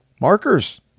markers